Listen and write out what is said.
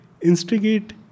instigate